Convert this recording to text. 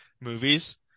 movies